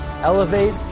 elevate